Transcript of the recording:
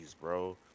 bro